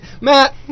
Matt